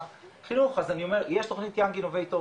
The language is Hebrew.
החינוך אז אני אומר יש התוכנית הזאת,